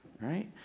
right